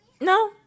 No